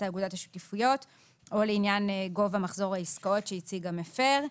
האגודה השיתופית או לעניין גובה מחזור העסקאות שהציג המפר.